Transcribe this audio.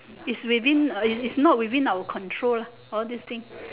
is within is not within our control lah all this thing